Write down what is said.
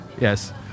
Yes